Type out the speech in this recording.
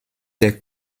des